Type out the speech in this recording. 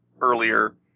earlier